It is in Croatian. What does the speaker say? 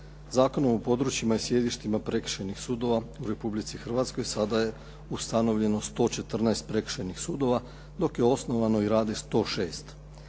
Zakonom o područjima i sjedištima prekršajnih sudova u Republici Hrvatskoj sada je ustanovljeno 114 prekršajnih sudova dok je osnovano i radi 106.